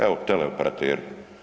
Evo, teleoperateri.